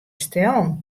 stellen